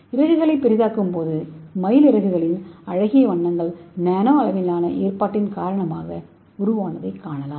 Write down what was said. இறகுகளை பெரிதாக்கும்போது மயில் இறகுகளின் அழகிய வண்ணங்கள் நானோ அளவிலான ஏற்பாட்டின் காரணமாக இருப்பதைக் காணலாம்